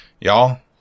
y'all